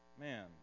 man